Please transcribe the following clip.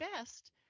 best